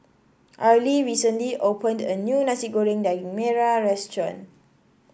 Arly recently opened a new Nasi Goreng Daging Merah Restaurant